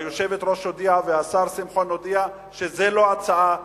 והיושבת-ראש הודיעה והשר שמחון הודיע שזו לא הצעה תקציבית.